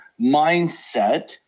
mindset